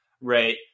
right